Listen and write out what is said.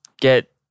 get